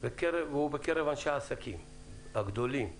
ובקרב אנשי העסקים הגדולים,